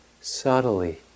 subtly